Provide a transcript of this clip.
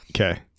Okay